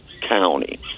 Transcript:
county